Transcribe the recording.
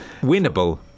winnable